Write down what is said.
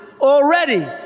already